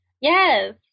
Yes